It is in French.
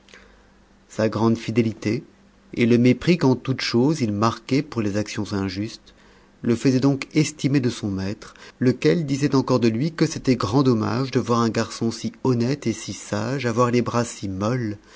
sa grande fidélité et le mépris qu'en toutes choses il marquait pour les actions injustes le faisaient donc estimer de son maître lequel disait encore de lui que c'était grand dommage de voir un garçon si honnête et si sage avoir les bras si mols